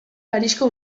parisko